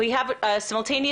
יש לנו תרגום סימולטני,